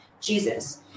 Jesus